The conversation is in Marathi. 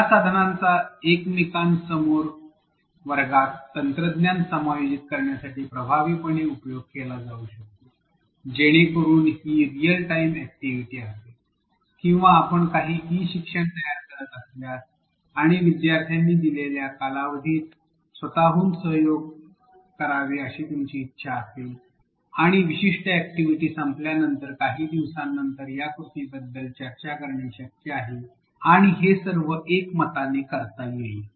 या साधनांचा समोरासमोर वर्गात तंत्रज्ञान समायोजित करण्यासाठी प्रभावीपणे उपयोग केला जाऊ शकतो जेणेकरून ही रीयल टाइम अॅक्टिव्हिटी असेल किंवा आपण काही ई शिक्षण तयार करीत असल्यास आणि विद्यार्थ्यांनी दिलेल्या कालावधीत स्वतःहून सहयोग करावे अशी तुमची इच्छा असेल आणि विशिष्ट अॅक्टिव्हिटी संपल्यानंतर काही दिवसांनंतर या कृतीबद्दल चर्चा करणे शक्य आहे आणि हे सर्व एकमताने करता येईल